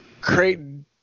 Creighton